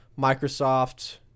Microsoft